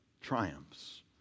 triumphs